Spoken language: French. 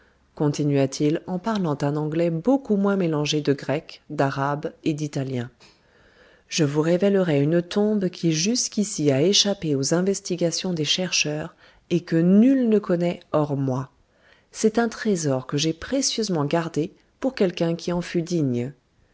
continua-t-il en parlant un anglais beaucoup moins mélangé de grec d'arabe et d'italien je vous révélerai une tombe qui jusqu'ici a échappé aux investigations des chercheurs et que nul ne connaît hors moi c'est un trésor que j'ai précieusement gardé pour quelqu'un qui en fût digne